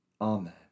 Amen